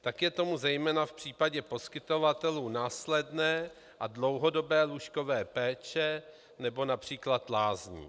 Tak je tomu zejména v případě poskytovatelů následné a dlouhodobé lůžkové péče nebo například lázní.